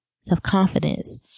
self-confidence